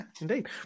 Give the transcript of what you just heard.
indeed